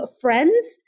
friends